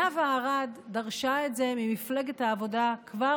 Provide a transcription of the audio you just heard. נאוה ארד דרשה את זה ממפלגת העבודה כבר